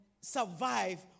survive